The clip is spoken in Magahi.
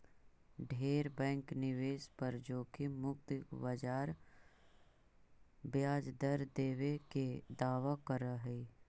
ढेर बैंक निवेश पर जोखिम मुक्त ब्याज दर देबे के दावा कर हई